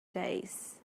days